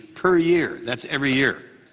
per year, that's every year.